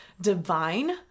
divine